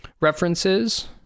references